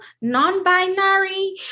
non-binary